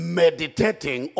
meditating